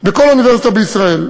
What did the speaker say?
בכל אוניברסיטה בישראל.